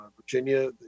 Virginia